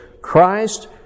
Christ